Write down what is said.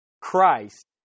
Christ